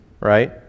right